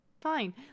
Fine